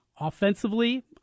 Offensively